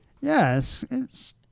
Yes